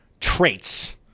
traits